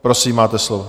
Prosím, máte slovo.